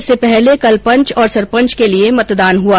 इससे पहले कल पंच और सरपंच के लिए मतदान हुआ